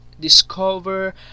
discover